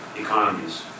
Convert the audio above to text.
economies